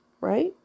right